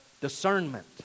discernment